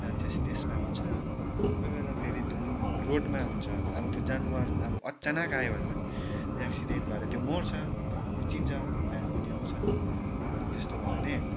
chances त्यसमा हुन्छ कोही बेला फेरि धुन रोडमा हुन्छ अब त्यो जनावर अब अचानक आयो भने त एक्सिडेन्ट भएर त्यो मर्छ त्यो कुच्चिन्छ टायर मुनि आउँछ अन्त त्यस्तो भयो भने